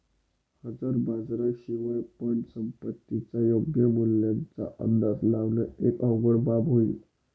हजर बाजारा शिवाय पण संपत्तीच्या योग्य मूल्याचा अंदाज लावण एक अवघड बाब होईल